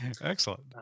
Excellent